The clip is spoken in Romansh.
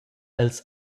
els